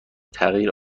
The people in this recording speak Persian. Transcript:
تغییر